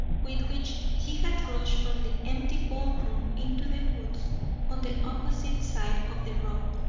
with which he had rushed from the empty ballroom into the woods on the opposite side of the road!